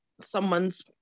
someone's